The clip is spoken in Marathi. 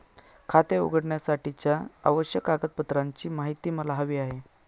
खाते उघडण्यासाठीच्या आवश्यक कागदपत्रांची माहिती मला हवी आहे